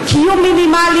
קיום מינימלי,